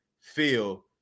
feel